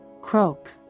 croak